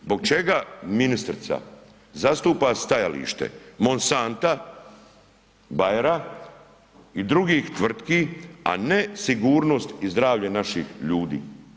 Zbog čega ministrica zastupa stajalište Monsanta, Bayera i drugih tvrtki, a ne sigurnost i zdravlje naših ljudi?